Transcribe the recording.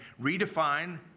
redefine